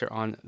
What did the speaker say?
on